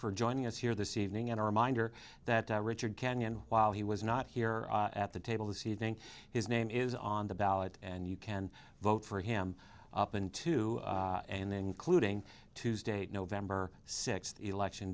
for joining us here this evening and a reminder that richard kenyon while he was not here at the table this evening his name is on the ballot and you can vote for him up in two and then including tuesday november sixth election